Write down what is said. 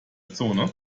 zone